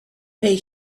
pay